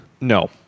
No